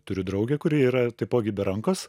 turiu draugę kuri yra taipogi be rankos